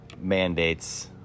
mandates